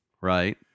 right